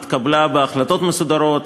התקבלה בהחלטות מסודרות.